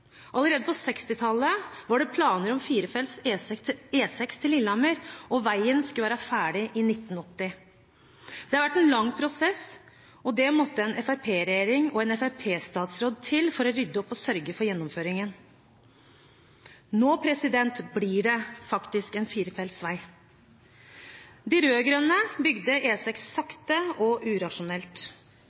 Allerede på 1960-tallet var det planer om firefelts E6 til Lillehammer. Veien skulle være ferdig i 1980. Det har vært en lang prosess. Det måtte Fremskrittspartiet i regjering og en fremskrittspartistatsråd til for å rydde opp og sørge for gjennomføringen. Nå blir det en firefelts vei. De rød-grønne bygde E6 sakte og urasjonelt.